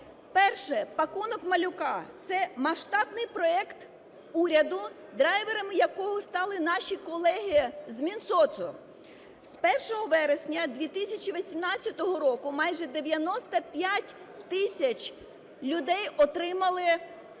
Перше: "пакунок малюка". Це масштабний проект уряду, драйверами якого стали наші колеги з Мінсоцу. З 1 вересня 2018 року майже дев'яносто п'ять тисяч людей отримали "пакунок